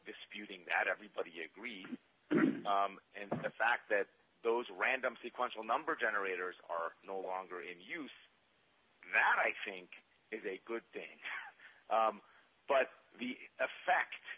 disputing that everybody agreed and the fact that those random sequence will number generators are no longer in use that i think is a good thing but the